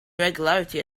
regularity